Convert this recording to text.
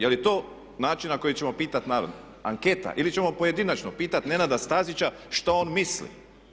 Je li to način na koji ćemo pitati narod, anketa ili ćemo pojedinačno pitat Nenada Stazića šta on misli.